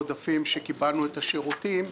עודפים שקיבלנו את השירותים,